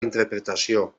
interpretació